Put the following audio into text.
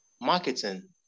marketing